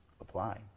apply